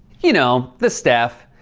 you know, the steff.